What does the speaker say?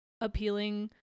appealing